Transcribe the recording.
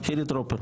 חילי טרופר.